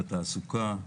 בתעסוקה,